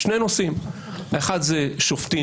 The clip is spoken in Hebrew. שני נושאים: האחד זה שופטים,